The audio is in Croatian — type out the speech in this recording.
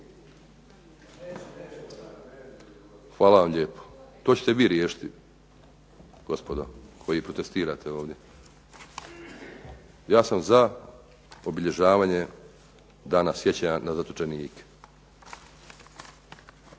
Hvala vam lijepo. To ćete vi riješiti gospodo koji protestirate ovdje. Ja sam za obilježavanje Dana sjećanja na zatočenike.